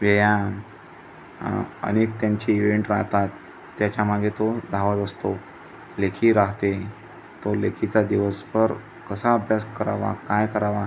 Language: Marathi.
व्यायाम अनेक त्यांचे इवेंट राहतात त्याच्यामागे तो धावत असतो लेखी राहते तो लेखीचा दिवसभर कसा अभ्यास करावा काय करावा